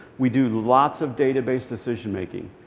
we do lots of data-based decision-making.